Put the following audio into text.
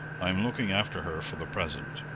i am looking after her for the present.